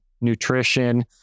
nutrition